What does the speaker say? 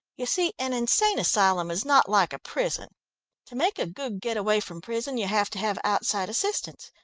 you see, an insane asylum is not like a prison to make a good get-away from prison you have to have outside assistance.